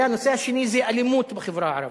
והנושא השני זה אלימות בחברה הערבית.